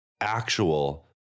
actual